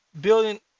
building